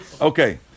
Okay